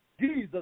Jesus